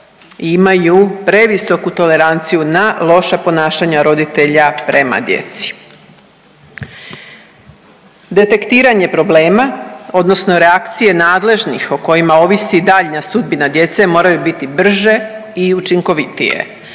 imaju previsoku toleranciju na loša ponašanja roditelja prema djeci. Detektiranje problema odnosno reakcije nadležnih o kojima ovisi daljnja sudbina djece moraju biti brže i učinkovitije.